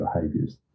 behaviors